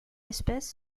espèce